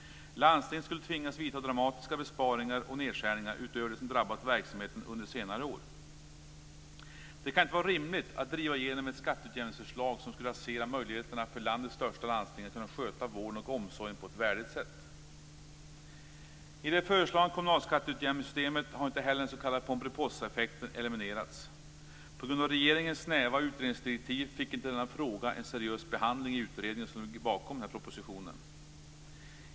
Landstinget skulle tvingas vidta dramatiska besparingar och nedskärningar utöver dem som drabbat verksamheten under senare år. Det kan inte vara rimligt att driva igenom ett skatteutjämningsförslag som skulle rasera möjligheterna för landets största landsting att sköta vården och omsorgen på ett värdigt sätt. I det föreslagna kommunalskatteutjämningssystemet har inte heller den s.k. Pomperipossaeffekten eliminerats. På grund av regeringens snäva utredningsdirektiv fick inte denna fråga en seriös behandling i utredningen som ligger bakom propositionen.